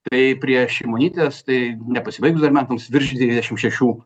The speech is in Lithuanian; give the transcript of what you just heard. tai prie šimonytės tai nepasibaigus dar metams virš dvidešimt šešių